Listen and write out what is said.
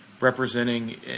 representing